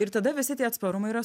ir tada visi tie atsparumą yra